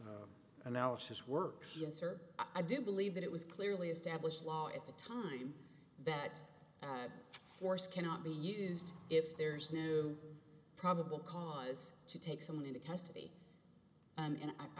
analysis work yes sir i do believe that it was clearly established law at the time that force cannot be used if there's new probable cause to take someone into custody and i